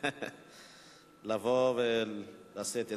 לבוא ולשאת דברו.